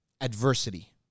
adversity